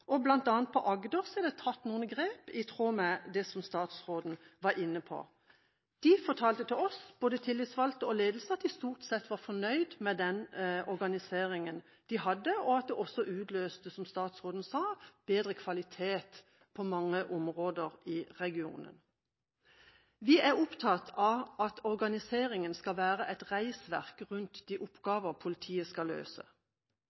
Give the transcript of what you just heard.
Blant annet i Agder er det tatt noen grep, i tråd med det som statsråden var inne på. Både tillitsvalgte og ledelse fortalte oss at de stort sett var fornøyd med den organiseringa de hadde, og at det også utløste – som statsråden sa – bedre kvalitet på mange områder i regionen. Vi er opptatt av at organiseringa skal være et reisverk rundt de oppgaver politiet skal løse.